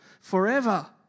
forever